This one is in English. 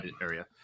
area